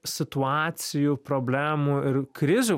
situacijų problemų ir krizių